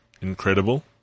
incredible